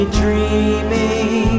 dreaming